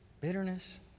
bitterness